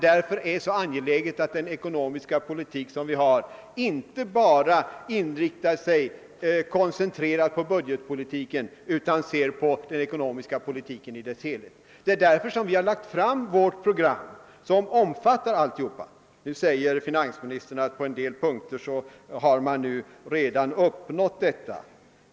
Därför är det så angeläget att den ekonomiska politik som vi för inte bara koncentrerat inriktar sig på budgetpolitiken utan tar hänsyn till den ekonomiska politiken i dess helhet. Det är därför som vi har lagt fram vårt program, som omfattar hela den ekonomiska verksamheten. Finansministern säger nu att man på en del punkter redan uppnått detta.